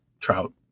trout